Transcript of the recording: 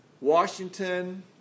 Washington